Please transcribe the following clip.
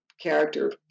character